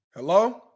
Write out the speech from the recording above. Hello